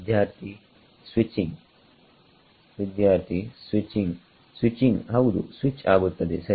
ವಿದ್ಯಾರ್ಥಿಸ್ವಿಚಿಂಗ್ ವಿದ್ಯಾರ್ಥಿಸ್ವಿಚಿಂಗ್ ಸ್ವಿಚಿಂಗ್ ಹೌದು ಸ್ವಿಚ್ ಆಗುತ್ತದೆ ಸರಿ